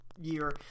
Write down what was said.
year